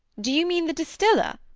do you mean the distiller?